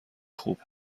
خوب